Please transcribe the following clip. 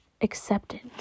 acceptance